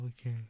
okay